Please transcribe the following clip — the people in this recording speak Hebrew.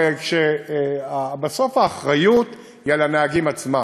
הרי בסוף האחריות היא על הנהגים עצמם.